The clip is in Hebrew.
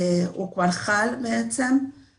הוא כבר חל בעצם.